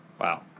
Wow